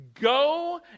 go